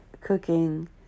cooking